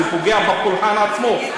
זה פוגע בקוראן עצמו,